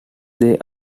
they